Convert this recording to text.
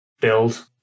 build